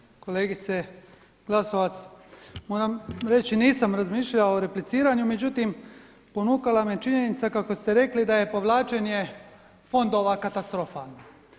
Poštovana kolegice Glasovac, moram reći nisam razmišljao o repliciranju međutim ponukala me činjenica kako ste rekli da je povlačenje fondova katastrofalno.